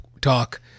talk